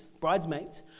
bridesmaids